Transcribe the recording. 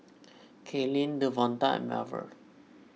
Kaylyn Devonta and Marver